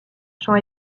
champ